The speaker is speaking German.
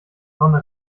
sonne